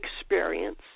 experience